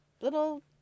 little